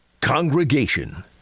Congregation